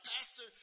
Pastor